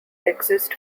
exist